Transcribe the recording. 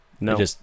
No